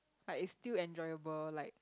like it's still enjoyable like